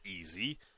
easy